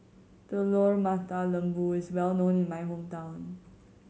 Telur Mata Lembu is well known in my hometown